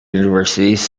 universities